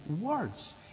words